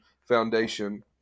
foundation